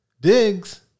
Diggs